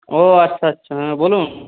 ও আচ্ছা আচ্ছা হ্যাঁ বলুন